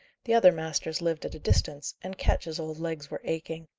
the other masters lived at a distance, and ketch's old legs were aching.